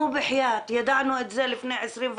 נו, בחיאת, ידענו את זה לפני 25 שנים,